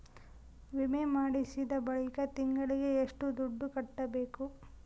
ವಿಮೆ ಮಾಡಿಸಿದ ಬಳಿಕ ತಿಂಗಳಿಗೆ ಎಷ್ಟು ದುಡ್ಡು ಕಟ್ಟಬೇಕು?